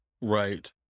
right